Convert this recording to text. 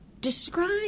Describe